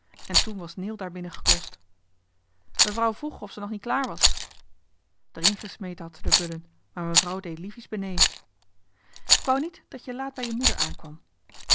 en toen was neel daar binnengeklost mevrouw vroeg of ze nog niet klaar was d'er in gesmeten had ze d'er bullen maar mevrouw dee liefies benee k wou niet dat je laat bij je moeder aankwam